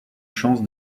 chance